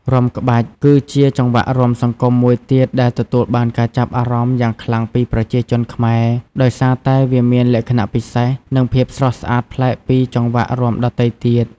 រាំក្បាច់ គឺជាចង្វាក់រាំសង្គមមួយទៀតដែលទទួលបានការចាប់អារម្មណ៍យ៉ាងខ្លាំងពីប្រជាជនខ្មែរ ដោយសារតែវាមានលក្ខណៈពិសេស និងភាពស្រស់ស្អាតប្លែកពីចង្វាក់រាំដទៃទៀត។